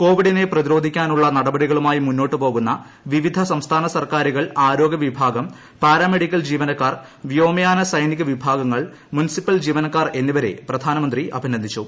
കോവിഡിനെ പ്രതിരോധിക്കാനുള്ള നടപടികളുമായി മുന്നോട്ടു പോകുന്ന വിവിധ സംസ്ഥാന സർക്കാരുകൾ ആരോഗ്യവിഭാഗം പാരാമെഡിക്കൽ ജീവനക്കാർ വ്യോമയാന സൈനിക വിഭാഗങ്ങൾ മുനിസിപ്പൽ ജീവനക്കാർ എന്നിവരെ പ്രധാനമന്ത്രി അഭിനന്ദിച്ചു